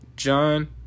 John